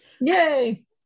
Yay